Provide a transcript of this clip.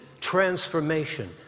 transformation